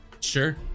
Sure